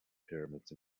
pyramids